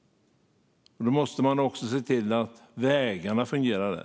Då måste man också se till att vägarna fungerar där.